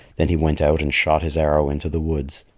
then he went out and shot his arrow into the woods.